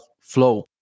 flow